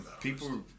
People